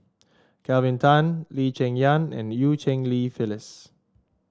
Kelvin Tan Lee Cheng Yan and Eu Cheng Li Phyllis